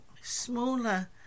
smaller